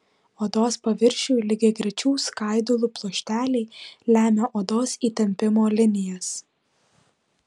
odos paviršiui lygiagrečių skaidulų pluošteliai lemia odos įtempimo linijas